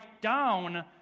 down